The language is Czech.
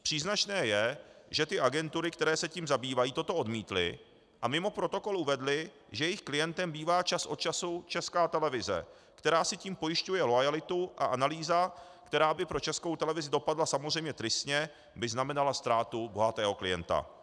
Příznačné je, že ty agentury, které se tím zabývají, toto odmítly a mimo protokol uvedly, že jejich klientem bývá čas od času Česká televize, která si tím pojišťuje loajalitu, a analýza, která by pro Českou televizi dopadla samozřejmě tristně, by znamenala ztrátu bohatého klienta.